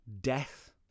death